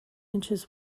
inches